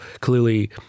clearly